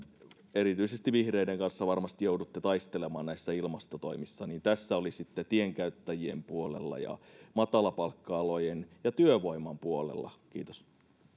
erityisesti vihreiden kanssa varmasti joudutte taistelemaan näissä ilmastotoimissa ja tässä olisitte tienkäyttäjien puolella ja matalapalkka alojen ja työvoiman puolella kiitos